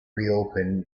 reopen